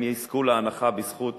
הם יזכו לעזרה בזכות